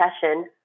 session